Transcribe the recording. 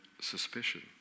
suspicion